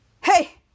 Hey